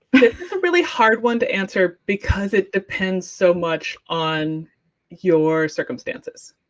this is a really hard one to answer because it depends so much on your circumstances.